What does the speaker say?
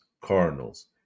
Cardinals